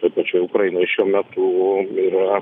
toj pačioj ukrainoj šiuo metu yra